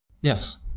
Yes